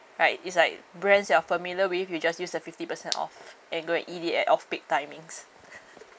right it's like brands you are familiar with you just use a fifty percent off and go and eat it at off peak timings